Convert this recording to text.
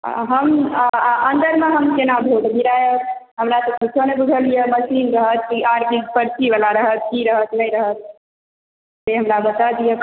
हम अंदरमे हम केना वोट गिरायब हमरा तऽ किछो नहि बुझल यऽ मशीन रहत की आर किछु पर्चीवला रहत की रहत नहि रहत से हमरा बता दिअ